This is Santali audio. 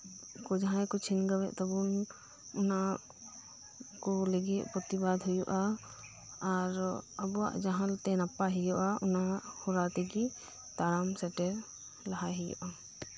ᱡᱟᱦᱟᱸᱭ ᱠᱩ ᱪᱷᱤᱱᱜᱟᱹᱭᱮᱫ ᱛᱟᱵᱩᱱ ᱚᱱᱟᱠᱩ ᱞᱟᱹᱜᱤᱫ ᱯᱚᱛᱤᱵᱟᱫ ᱦᱩᱭᱩᱜ ᱟ ᱟᱨ ᱟᱵᱩᱣᱟᱜ ᱡᱟᱦᱟᱸᱛᱮ ᱱᱟᱯᱟᱭ ᱦᱩᱭᱩᱜ ᱟ ᱚᱱᱟ ᱦᱚᱨᱟ ᱛᱮᱜᱤ ᱛᱟᱲᱟᱢ ᱥᱮᱴᱮᱨ ᱞᱟᱦᱟᱭ ᱦᱩᱭᱩᱜ ᱟ